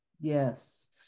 Yes